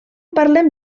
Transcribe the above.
parlem